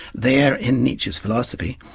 there in nietzsche's philosophy,